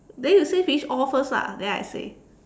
then you say finish all first lah then I say